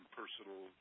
personal